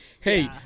hey